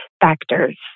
factors